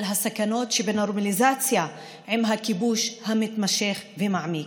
על הסכנות שבנורמליזציה עם הכיבוש המתמשך והמעמיק,